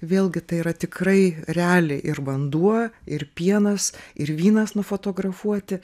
vėlgi tai yra tikrai realiai ir vanduo ir pienas ir vynas nufotografuoti